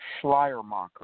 Schleiermacher